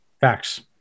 Facts